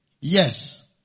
Yes